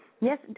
Yes